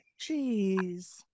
Jeez